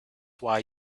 why